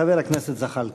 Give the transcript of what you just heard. חבר הכנסת זחאלקה.